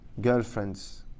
girlfriends